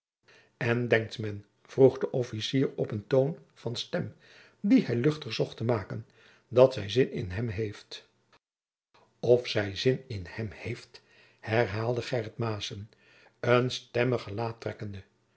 en denkt men vroeg de officier op eenen toon van stem dien hij luchtig zocht te maken dat zij zin in hem heeft of zij zin in hem heeft herhaalde gheryt maessen een stemmig gelaat trekkende